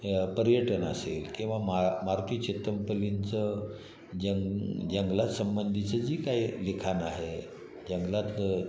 य पर्यटन असेल किंवा मा मारुती चितमपल्लींचं जंग जंगला संबंधीचं जी काय लिखाण आहे जंगलातलं